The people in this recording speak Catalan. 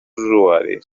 usuaris